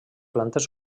plantes